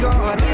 God